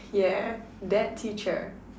yeah that teacher